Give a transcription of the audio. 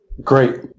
Great